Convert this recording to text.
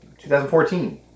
2014